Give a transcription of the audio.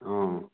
ꯑꯥꯎ